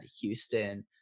Houston